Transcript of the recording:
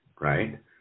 right